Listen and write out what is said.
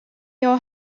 your